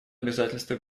обязательства